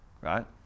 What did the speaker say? right